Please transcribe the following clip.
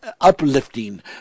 Uplifting